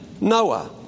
Noah